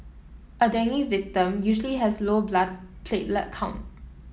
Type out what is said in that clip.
a dengue victim usually has low blood platelet count